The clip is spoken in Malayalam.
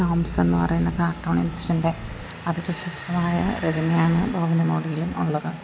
ടോംസ് എന്ന് പറയുന്ന കാർട്ടൂൺണിസ്റ്റിൻ്റെ അതിപ്രശസ്തമായ രചനയാണ് ബോബനും മോളിയിലും ഉള്ളത്